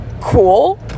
cool